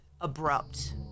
abrupt